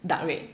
dark red